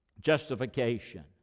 justification